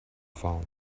phone